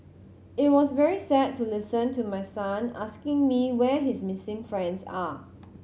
it was very sad to listen to my son asking me where his missing friends are